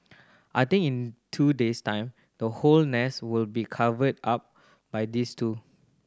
I think in two days time the whole nest will be covered up by these two